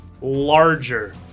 larger